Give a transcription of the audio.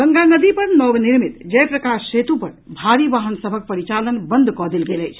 गंगा नदी पर नवनिर्मित जय प्रकाश सेतु पर भारी वाहन सभक परिचालन बंद कऽ देल गेल अछि